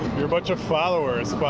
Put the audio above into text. they're a bunch of followers.